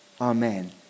Amen